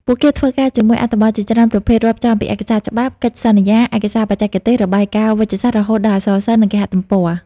ពួកគេធ្វើការជាមួយអត្ថបទជាច្រើនប្រភេទ រាប់ចាប់ពីឯកសារច្បាប់ កិច្ចសន្យា ឯកសារបច្ចេកទេស របាយការណ៍វេជ្ជសាស្ត្រ រហូតដល់អក្សរសិល្ប៍ និងគេហទំព័រ។